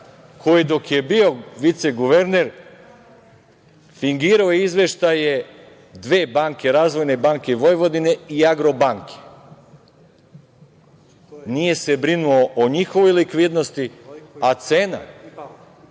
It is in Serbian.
koji je, dok je bio viceguverner, fingirao izveštaje dve banke, Razvojne banke Vojvodine i Agrobanke. Nije se brinuo o njihovoj likvidnosti, a cena